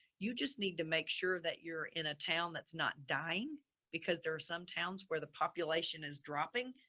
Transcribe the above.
you just need to make sure that you're in a town that's not dying because there are some towns where the population is dropping.